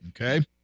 Okay